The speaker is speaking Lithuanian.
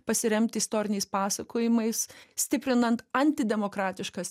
pasiremti istoriniais pasakojimais stiprinant antidemokratiškas